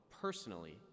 personally